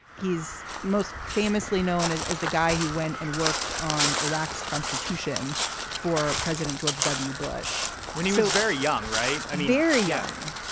he's most famously known as as the guy who went and worked on iraq's constitution for president george w. bush when he was very young, right? i'm very young.